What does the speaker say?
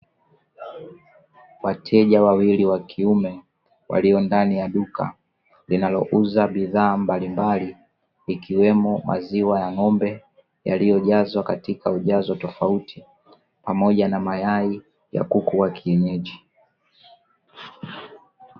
Wateja wawili wakiume, walio ndani ya duka linalouza bidhaa mbalimbali, ikiwemo maziwa ya ng'ombe yaliyojazwa katika ujazo tofauti pamoja na mayai ya kuku wa kienyeji.